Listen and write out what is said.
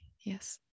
Yes